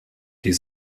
die